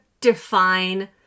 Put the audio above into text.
define